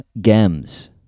Gems